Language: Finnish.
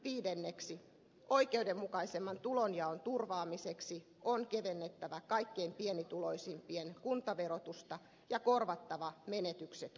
viidenneksi oikeudenmukaisemman tulonjaon turvaamiseksi on kevennettävä kaikkein pienituloisimpien kuntaverotusta ja korvattava menetykset